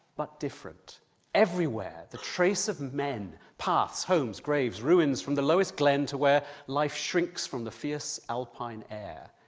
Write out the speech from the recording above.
but different everywhere the trace of men, paths, homes, graves, ruins, from the lowest glen to where life shrinks from the fierce alpine air.